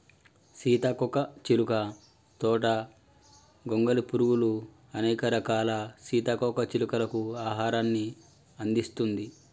సీతాకోక చిలుక తోట గొంగలి పురుగులు, అనేక రకాల సీతాకోక చిలుకలకు ఆహారాన్ని అందిస్తుంది